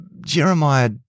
Jeremiah